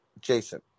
Jason